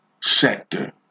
sector